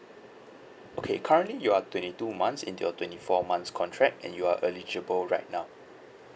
okay currently you are twenty two months into your twenty four months contract and you are eligible right now